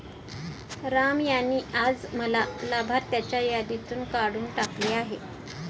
राम यांनी आज मला लाभार्थ्यांच्या यादीतून काढून टाकले आहे